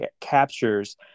captures